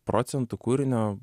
procentų kūrinio